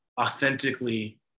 authentically